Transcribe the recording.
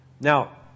Now